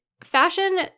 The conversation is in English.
Fashion